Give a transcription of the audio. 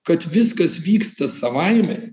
kad viskas vyksta savaime